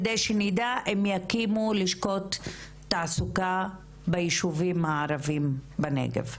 על מנת לדעת אם יקימו לשכות תעסוקה בישובים הערביים בנגב.